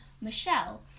Michelle